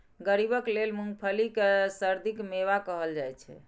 गरीबक लेल मूंगफली कें सर्दीक मेवा कहल जाइ छै